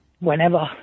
Whenever